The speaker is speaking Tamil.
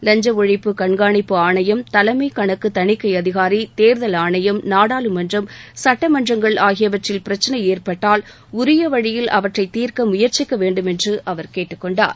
லஞ்ச ஒழிப்பு கண்காணிப்பு ஆணையம் தலைமைக் கணக்கு தணிக்கை அதிகாரி தேர்தல் ஆணையம் நாடாளுமன்றம் சுட்டமன்றங்கள் ஆகியவற்றில் பிரச்னை ஏற்பட்டால் உரிய வழியில் அவற்றைத் தீர்க்க முயற்சிக்க வேண்டுமென்று அவர் கேட்டுக் கொண்டார்